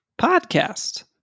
podcast